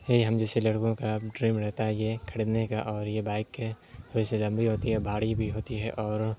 یہی ہم جیسے لڑکوں کا ڈریم رہتا ہے یہ خریدنے کا اور یہ بائک تھوڑی سی لمبی ہوتی ہے بھاری بھی ہوتی ہے اور